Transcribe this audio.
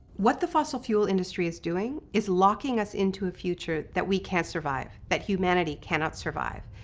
what the fossil fuel industry is doing is locking us into a future that we can't survive, that humanity cannot survive.